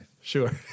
Sure